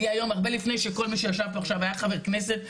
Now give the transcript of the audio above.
אני היום הרבה לפני שכל מי שישב פה עכשיו היה חבר כנסת,